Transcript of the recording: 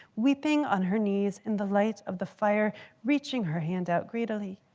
weeping on her knees in the light of the fire reaching her hand out greedily.